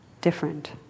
different